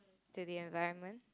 to the environment